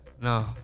No